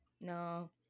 No